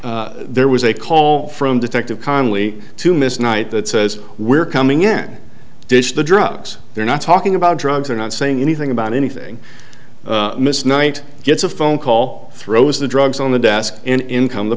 there was a call from detective conley to miss knight that says we're coming in dish the drugs they're not talking about drugs are not saying anything about anything miss knight gets a phone call throws the drugs on the desk and income the